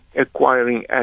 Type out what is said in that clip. acquiring